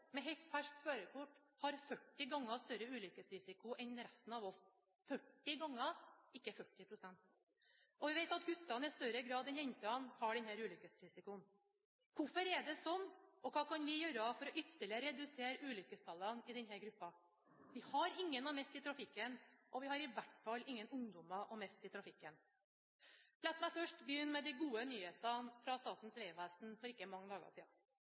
med helt ferskt førerkort har 40 ganger større ulykkesrisiko enn resten av oss, 40 ganger – ikke 40 pst. Vi vet at guttene i større grad enn jentene har denne ulykkesrisikoen. Hvorfor er det slik, og hva kan vi gjøre for ytterligere å redusere ulykkestallene i denne gruppen? Vi har ingen å miste i trafikken, og vi har i hvert fall ingen ungdommer å miste i trafikken. La meg begynne med de gode nyhetene fra Statens vegvesen for ikke mange dager